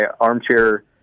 armchair